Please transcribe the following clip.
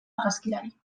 argazkilari